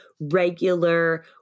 Regular